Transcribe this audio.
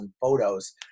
photos